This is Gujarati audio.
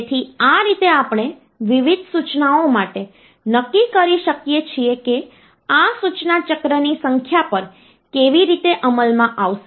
તેથી આ રીતે આપણે વિવિધ સૂચનાઓ માટે નક્કી કરી શકીએ છીએ કે આ સૂચના ચક્રની સંખ્યા પર કેવી રીતે અમલમાં આવશે